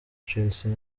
chelsea